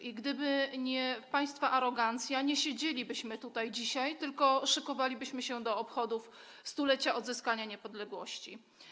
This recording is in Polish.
I gdyby nie państwa arogancja, nie siedzielibyśmy tu dzisiaj, tylko szykowalibyśmy się do obchodów 100-lecia odzyskania niepodległości.